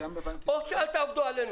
אל תעבדו עלינו.